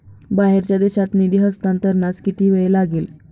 बाहेरच्या देशात निधी हस्तांतरणास किती वेळ लागेल?